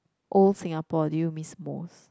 old Singapore do you miss most